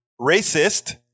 racist